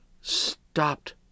stopped